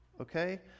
Okay